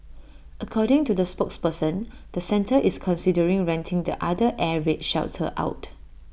according to the spokesperson the centre is considering renting the other air raid shelter out